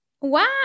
Wow